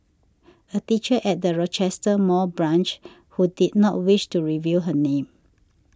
a teacher at the Rochester Mall branch who did not wish to reveal her name